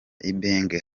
ibenge